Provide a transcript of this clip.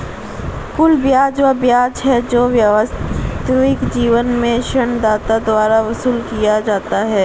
कुल ब्याज वह ब्याज है जो वास्तविक जीवन में ऋणदाता द्वारा वसूल किया जाता है